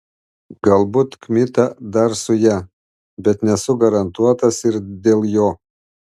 galbūt kmita dar su ja bet nesu garantuotas ir dėl jo